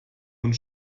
und